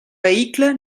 vehicle